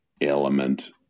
element